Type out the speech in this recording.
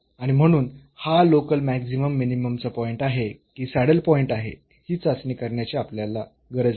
आणि म्हणून हा लोकल मॅक्सिमम मिनिममचा पॉईंट आहे की सॅडल पॉईंट आहे ही चाचणी करण्याची आपल्याला गरज नाही